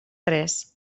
res